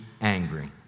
angry